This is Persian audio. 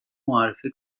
معرفی